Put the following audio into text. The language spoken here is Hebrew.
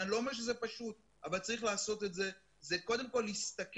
ואני לא אומר שזה פשוט אבל צריך לעשות את זה זה קודם כל להסתכל